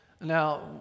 Now